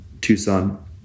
Tucson